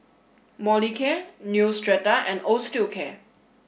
Molicare Neostrata and Osteocare